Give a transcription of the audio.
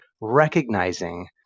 recognizing